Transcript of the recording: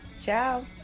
Ciao